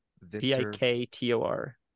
V-I-K-T-O-R